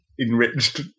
enriched